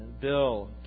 Bill